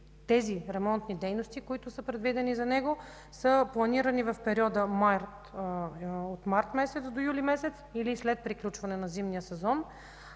тези ремонтни дейности, които са предвидени за него, са планирани в периода от месец март до месец юли или след приключване на зимния сезон,